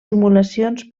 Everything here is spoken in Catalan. simulacions